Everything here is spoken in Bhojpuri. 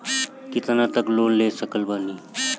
कितना तक लोन ले सकत बानी?